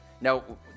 Now